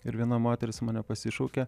ir viena moteris mane pasišaukė